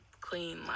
clean